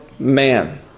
Man